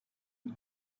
iyo